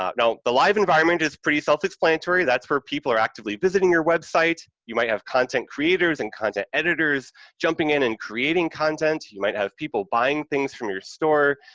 now, the live environment is pretty self-explanatory, that's where people are actively visiting your website, you might have content creators and content editors jumping in and creating content, you might have people buying things from your store.